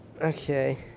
Okay